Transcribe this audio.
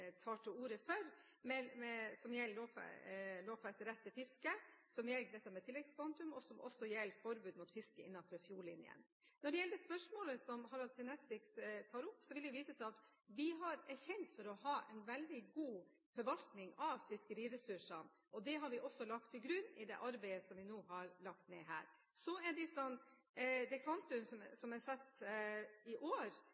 tar til orde for, som gjelder lovfestet rett til fiske, som gjelder tilleggskvantum, og som også gjelder forbud mot fiske innenfor fjordlinjen. Når det gjelder det spørsmålet Harald T. Nesvik tar opp, vil jeg vise til at vi er kjent for å ha en veldig god forvaltning av fiskeriressursene. Det har vi også lagt til grunn i det arbeidet vi har lagt ned her. Så til det kvantum man har satt i år: